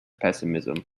pessimism